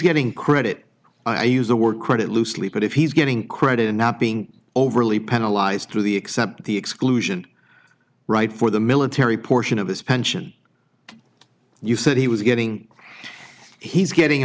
getting credit i use the word credit loosely but if he's getting credit or not being overly penalize through the except the exclusion right for the military portion of his pension you said he was getting he's getting a